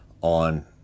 on